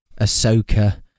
Ahsoka